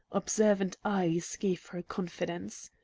observant eyes gave her confidence.